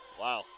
Wow